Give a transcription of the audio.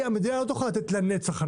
המדינה לא תוכל לתת הנחות לנצח.